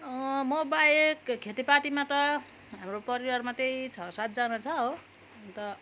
म बाहेक खेतीपातीमा त हाम्रो परिवारमा चाहिँ छ सातजना छ हो अन्त